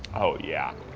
oh yeah,